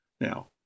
Now